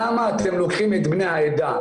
למה אתם לוקחים את בני העדה,